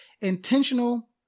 intentional